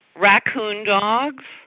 raccoon dogs,